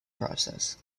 process